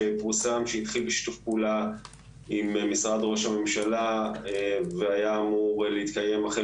שפורסם שהתחיל בשיתוף פעולה עם משרד רוה"מ והיה אמור להתקיים החל